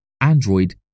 Android